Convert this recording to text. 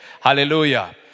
Hallelujah